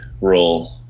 role